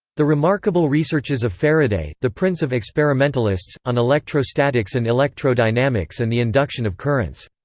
the remarkable researches of faraday, the prince of experimentalists, on electrostatics and electrodynamics and the induction of currents.